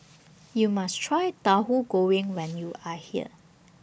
YOU must Try Tauhu Goreng when YOU Are here